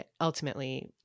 ultimately